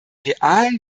realen